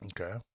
Okay